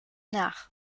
nach